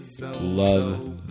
Love